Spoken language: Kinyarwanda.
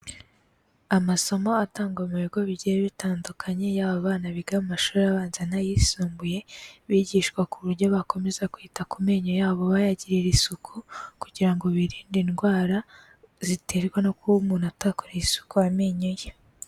Amasomo atangwa mu bigo bigiye bitandukanye, yaba abana biga mu mashuri abanza n'ayisumbuye, bigishwa ku buryo bakomeza kwita ku menyo yabo bayagirira isuku, kugira ngo birinde indwara ziterwa no kuba umuntu atakoreye isuku amenyo ye.